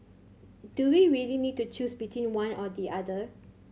do we really need to choose between one or the other